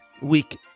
week